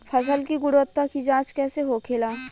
फसल की गुणवत्ता की जांच कैसे होखेला?